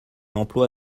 emploi